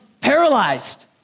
paralyzed